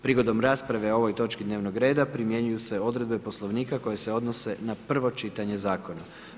Prigodom rasprave o ovoj točki dnevnog reda primjenjuju se odredbe Poslovnika koje se odnose na prvo čitanje zakona.